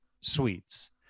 suites